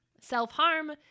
self-harm